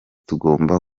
tugomba